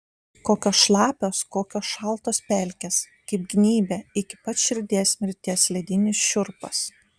kokios šlapios kokios šaltos pelkės kaip gnybia iki pat širdies mirties ledinis šiurpas